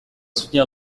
soutenir